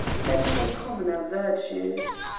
than for commoner virtues.